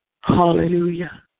Hallelujah